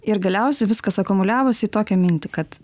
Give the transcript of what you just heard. ir galiausiai viskas akumuliavosi į tokią mintį kad